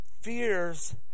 Fears